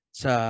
sa